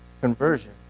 conversion